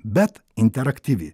bet interaktyvi